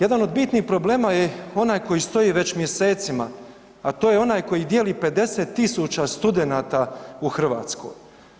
Jedan od bitnih problema je onaj koji stoji već mjesecima, a to je onaj koji dijeli 50 tisuća studenata u Hrvatskoj.